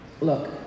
Look